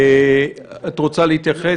עורכת הדין מיכל גולדברג, את רוצה להתייחס?